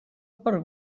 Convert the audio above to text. per